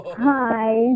Hi